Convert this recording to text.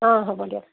অ' হ'ব দিয়ক